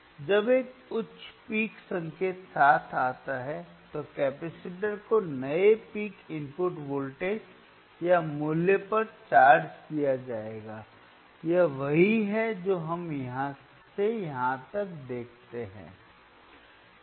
जब एक उच्च पीक संकेत साथ आता है तो कैपेसिटर को नए पीक इनपुट वोल्टेज या मूल्य पर चार्ज किया जाएगा यह वही है जो हम यहाँ से यहाँ तक देखते हैं